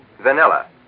vanilla